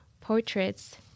portraits